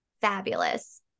fabulous